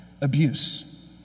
abuse